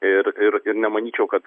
ir ir ir nemanyčiau kad